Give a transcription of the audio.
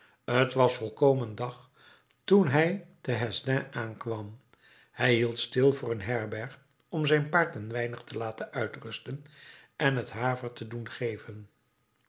t was volkomen dag toen hij te hesdin aankwam hij hield stil voor een herberg om zijn paard een weinig te laten uitrusten en het haver te doen geven